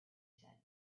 said